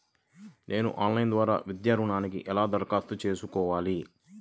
నేను ఆన్లైన్ ద్వారా విద్యా ఋణంకి ఎలా దరఖాస్తు చేసుకోవాలి?